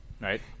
right